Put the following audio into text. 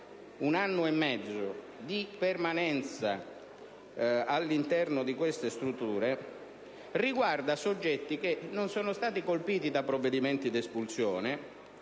(un anno e mezzo) di permanenza all'interno di queste strutture riguarda soggetti che non sono stati colpiti da provvedimenti di espulsione,